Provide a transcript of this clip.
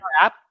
app